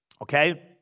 okay